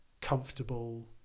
comfortable